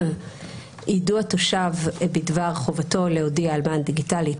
"יידוע תושב בדבר חובתו להודיע על מען דיגיטלי".